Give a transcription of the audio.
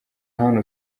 hano